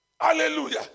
Hallelujah